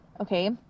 Okay